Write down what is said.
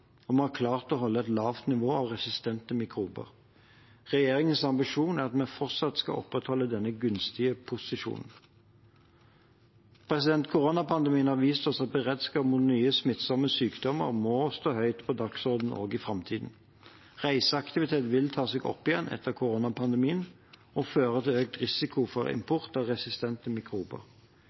og vi har klart å holde et lavt nivå av resistente mikrober. Regjeringens ambisjon er at vi fortsatt skal opprettholde denne gunstige posisjonen. Koronapandemien har vist oss at beredskap mot nye, smittsomme sykdommer må stå høyt på dagsordenen også i framtiden. Reiseaktiviteten vil ta seg opp igjen etter koronapandemien og føre til økt risiko for import av resistente mikrober.